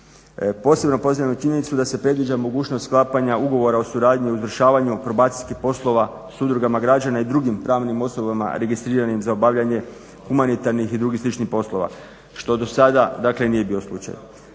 Posebno pozdravljamo činjenicu da se predviđa mogućnost sklapanja ugovora o suradnji u izvršavanju probacijskih poslova s udrugama građana i drugim pravnim osobama registriranim za obavljanje humanitarnih i drugih sličnih poslova što do sada nije bio slučaj.